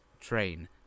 train